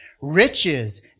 riches